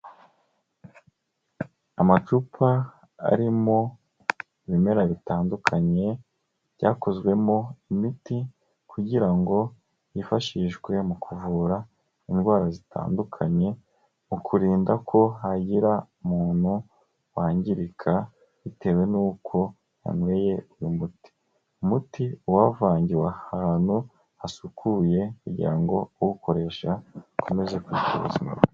Amacupa arimo ibimera bitandukanye byakozwemo imiti kugira ngo yifashishwe mu kuvura indwara zitandukanye mu kurinda ko hagira umuntu wangirika bitewe n'uko yanyweye uyu muti, umuti uba wavangiwe ahantu hasukuye kugira ngo uwukoresha akomeze kugira ubuzima.